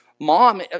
Mom